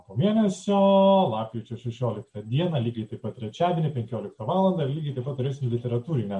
po mėnesio lapkričio šešioliktą dieną lygiai taip pat trečiadienį penkioliktą valandą lygiai taip pat turėsim literatūrinę